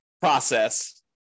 process